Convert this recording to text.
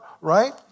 right